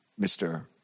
Mr